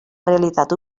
realitat